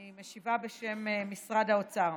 אני משיבה בשם משרד האוצר.